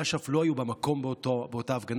דגלי אש"ף לא היו במקום באותה הפגנה,